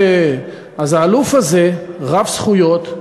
אז האלוף הזה רב-זכויות,